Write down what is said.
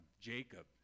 Jacob